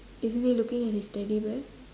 isn't he looking at his teddy bear